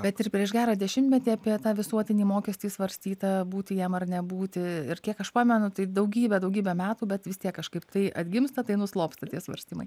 bet ir prieš gerą dešimtmetį apie tą visuotinį mokestį svarstyta būti jam ar nebūti ir kiek aš pamenu tai daugybę daugybę metų bet vis tiek kažkaip tai atgimsta tai nuslopsta tie svarstymai